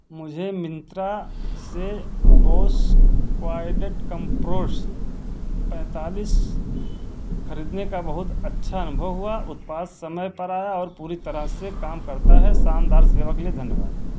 मुझे मिंत्रा से Bose quiet comfort पैतालीस खरीदने का बहुत अच्छा अनुभव हुआ उत्पाद समय पर आया और पूरी तरह से काम करता है शानदार सेवा के लिए धन्यवाद